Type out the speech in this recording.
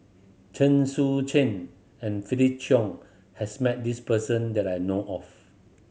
Chen Sucheng and Felix Cheong has met this person that I know of